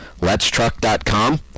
Let'sTruck.com